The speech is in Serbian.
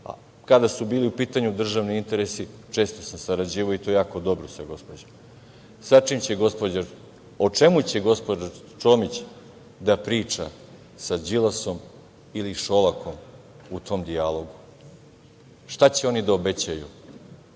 kada su bili u pitanju državni interesi često sam sarađivao i to jako dobro sa gospođom, o čemu će gospođa Čomić da priča sa Đilasom ili Šolakom u tom dijalogu? Šta će oni da obećaju,